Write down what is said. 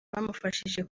bamufashije